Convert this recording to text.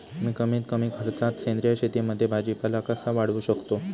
मी कमीत कमी खर्चात सेंद्रिय शेतीमध्ये भाजीपाला कसा वाढवू शकतो?